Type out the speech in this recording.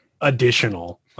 Additional